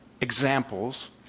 Examples